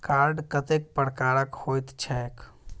Card कतेक प्रकारक होइत छैक?